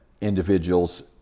individuals